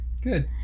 Good